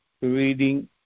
Reading